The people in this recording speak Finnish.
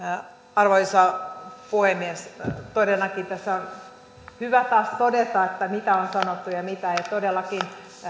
arvoisa puhemies todellakin tässä on hyvä taas todeta mitä on sanottu ja mitä ei todellakin